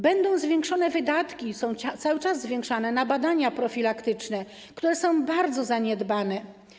Będą zwiększone wydatki, one są cały czas zwiększane, na badania profilaktyczne, które są bardzo zaniedbane.